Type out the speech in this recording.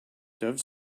doves